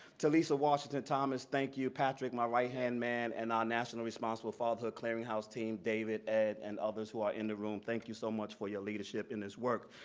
to lisa washington, thomas, thank you. patrick, my right hand man, and our national responsible fatherhood clearing house team, david, ed, and others who are in the room. thank you so much for your leadership in this work.